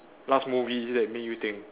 last movie is that make you think